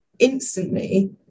instantly